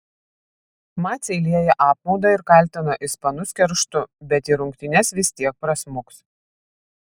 maciai lieja apmaudą ir kaltina ispanus kerštu bet į rungtynes vis tiek prasmuks